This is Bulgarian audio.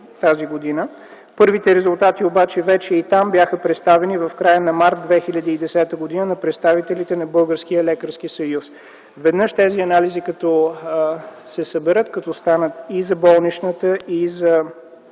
юни т.г. Първите резултати обаче вече и там бяха представени в края на м. март 2010 г. на представителите на Българския лекарски съюз. Веднъж тези анализи като се съберат, като станат и за болничната, и за